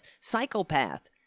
psychopath